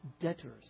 debtors